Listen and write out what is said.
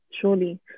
surely